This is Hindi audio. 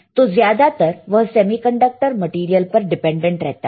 तो ज्यादातर वह सेमीकंडक्टर मेटीरियल पर डिपेंडेंट रहता है